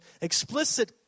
explicit